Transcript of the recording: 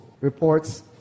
reports